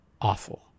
awful